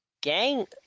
gang